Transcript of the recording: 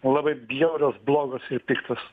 labai bjaurios blogos ir piktos